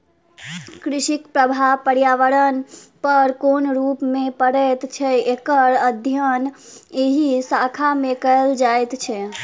कृषिक प्रभाव पर्यावरण पर कोन रूप मे पड़ैत छै, एकर अध्ययन एहि शाखा मे कयल जाइत छै